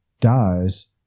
dies